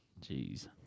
Jeez